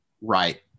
right